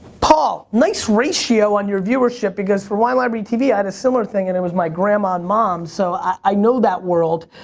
paul, nice ratio on your viewership because from wine library tv i had a similar thing and it was my grandma and mom, so, i know that world.